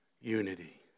unity